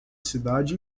cidade